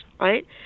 right